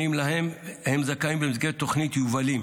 שלהם הם זכאים במסגרת תוכנית יובלים,